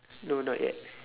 no not yet